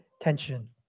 tension